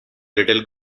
little